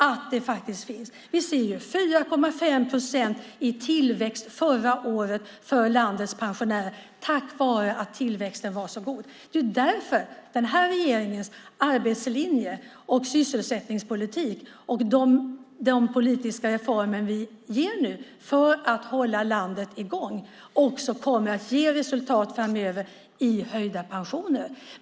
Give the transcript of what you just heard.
Vi såg att det förra året blev 4,5 procent i tillväxt för landets pensionärer tack vare att tillväxten i landet var så god. Det är därför den här regeringen driver sin arbetslinje och sin sysselsättningspolitik för att hålla landet i gång. Det kommer att ge resultat framöver också i form av höjda pensioner.